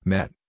Met